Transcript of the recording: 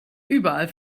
überall